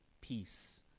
peace